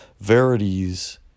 Verities